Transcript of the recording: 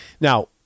Now